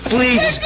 Please